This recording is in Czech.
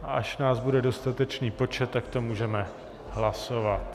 Až nás bude dostatečný počet, tak to můžeme hlasovat.